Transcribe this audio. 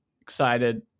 Excited